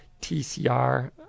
TCR